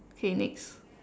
okay next